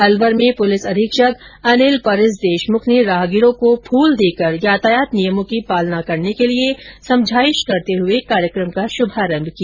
अलवर में पुलिस अधीक्षक अनिल परिसदेशमुख ने राहगीरों को फूल देकर यातायात नियमों की पालना करने के लिए समझाईश करते हुए कार्यक्रम का शुभारम्म किया